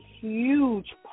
huge